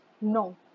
No